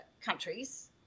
countries